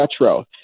retro